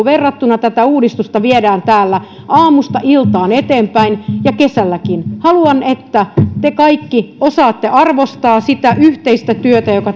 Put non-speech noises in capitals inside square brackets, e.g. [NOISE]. [UNINTELLIGIBLE] verrattuna tätä uudistusta viedään täällä aamusta iltaan eteenpäin ja kesälläkin haluan että te kaikki osaatte arvostaa sitä yhteistä työtä jota